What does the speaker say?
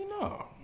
no